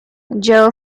joe